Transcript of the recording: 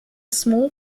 small